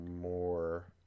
more